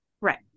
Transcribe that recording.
right